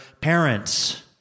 parents